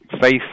Faith